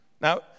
Now